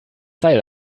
seil